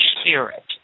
spirit